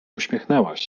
uśmiechnęłaś